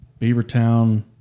Beavertown